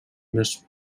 unes